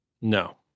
no